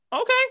okay